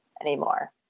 anymore